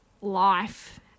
life